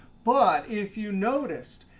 but if you noticed,